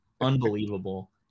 unbelievable